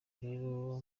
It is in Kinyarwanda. rero